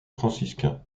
franciscain